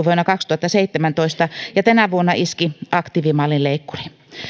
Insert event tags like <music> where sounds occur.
<unintelligible> vuonna kaksituhattaseitsemäntoista ja tänä vuonna iski aktiivimallin leikkuri